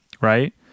right